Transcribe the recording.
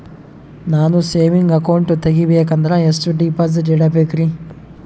ನಾನು saving account ತೆಗಿಬೇಕಂದರ ಎಷ್ಟು ಡಿಪಾಸಿಟ್ ಇಡಬೇಕ್ರಿ?